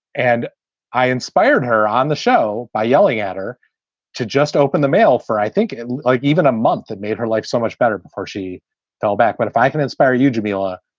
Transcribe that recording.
and i inspired her on the show by yelling at her to just open the mail for, i think, like even a month that made her life so much better before she fell back. but if i can inspire you, djamila,